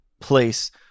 place